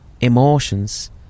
emotions